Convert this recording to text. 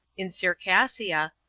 in circassia,